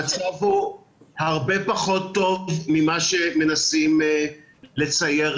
המצב הוא הרבה פחות טוב ממה שמנסים לצייר